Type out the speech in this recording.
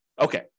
okay